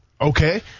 okay